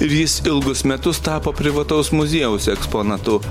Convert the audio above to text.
ir jis ilgus metus tapo privataus muziejaus eksponatu